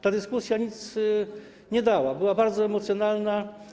Ta dyskusja nic nie dała, była bardzo emocjonalna.